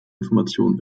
information